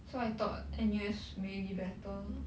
so I thought N_U_S may be better